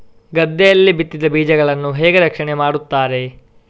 ಗದ್ದೆಯಲ್ಲಿ ಬಿತ್ತಿದ ಬೀಜಗಳನ್ನು ಹೇಗೆ ರಕ್ಷಣೆ ಮಾಡುತ್ತಾರೆ?